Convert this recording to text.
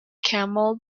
camel